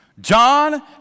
John